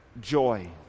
joy